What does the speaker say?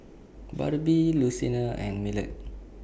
Barbie Lucina and Millard